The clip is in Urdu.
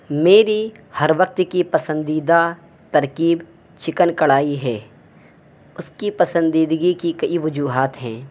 میری ہر وقت کی پسندیدہ ترکیب چکن کڑھائی ہے اس کی پسندیدگی کی کئی وجوہات ہیں